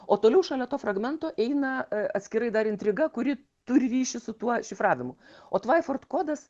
o toliau šalia to fragmento eina atskirai dar intriga kuri turi ryšį su tuo šifravimu o tvaiford kodas